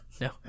No